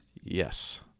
Yes